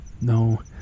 No